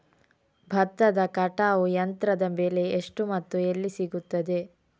ಭತ್ತದ ಕಟಾವು ಯಂತ್ರದ ಬೆಲೆ ಎಷ್ಟು ಮತ್ತು ಎಲ್ಲಿ ಸಿಗುತ್ತದೆ?